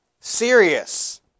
serious